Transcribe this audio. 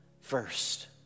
first